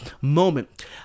moment